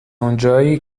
اونجایی